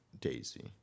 Daisy